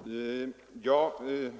Herr talman!